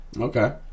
Okay